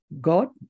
God